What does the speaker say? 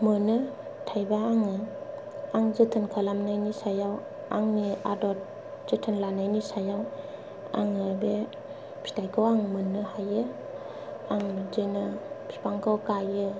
मोनो थाइबा आङो आं जोथोन खालामनायनि सायाव आंनि आदोत जोथोन लानायनि सायाव आङो बे फिथायखौ आं मोननो हायो आं बिदिनो फिफांखौ गायो